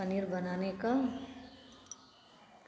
पनीर बनाने का